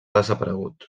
desaparegut